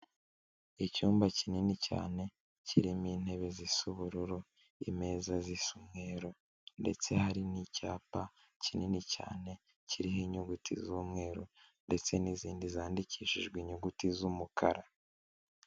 Icyumba kinini cyane kirimo intebe zisa ubururu imeza z'isa umweru ndetse hari n'icyapa kinini cyane kiriho inyuguti z'umweru ndetse n'izindi zandikishijwe inyuguti z'umukara.